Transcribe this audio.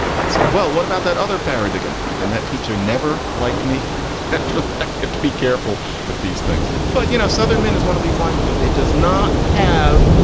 i said, well, what about that other parodic? um and that teacher never liked me after. you have to be careful with these things. but, you know, southern man is one of these languages. it does not have,